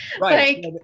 Right